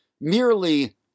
merely